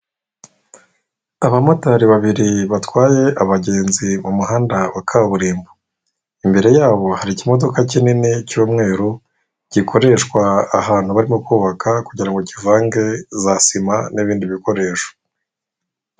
Abamotari babiri batwaye abagenzi mu muhanda wa kaburimbo. Imbere yabo hari ikimodoka kinini cy'umweru, gikoreshwa ahantu barimo kubaka, kugira ngo kivange za sima n'ibindi bikoresho.